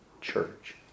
church